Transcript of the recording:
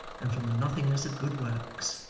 and from the nothingness of good works,